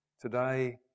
Today